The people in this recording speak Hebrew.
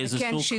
מאיזה סוג?